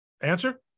answer